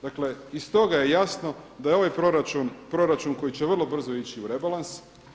Dakle i stoga je jasno da je ovaj proračun, proračun koji će vrlo brzo ići u rebalans.